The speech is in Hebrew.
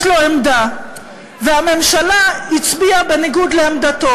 לו עמדה והממשלה הצביעה בניגוד לעמדתו,